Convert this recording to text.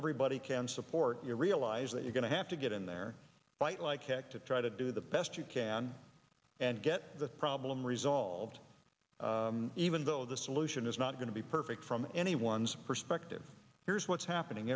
everybody can support you realize that you're going to have to get in there fight like heck to try to do the best you can and get the problem resolved even though the solution is not going to be perfect from anyone's perspective here's what's happening